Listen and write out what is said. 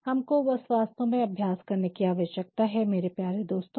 हमको बस वास्तव में अभ्यास करने की आवश्यकता है मेरे प्यारे दोस्तों